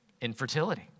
infertility